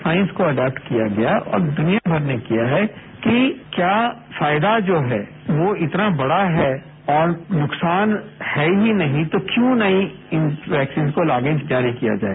science को adapt किया गया और दुनियाभर ने किया है कि क्या फायदा जो है वो इतना बड़ा है और नुकसान है ही नहीं तो क्यों नहीं इस वैक्सीन को जारी किया जाए